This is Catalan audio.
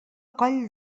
coll